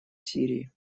сирии